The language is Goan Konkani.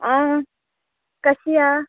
आं कशी आहा